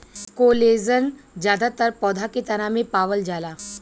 collagen जादातर पौधा के तना में पावल जाला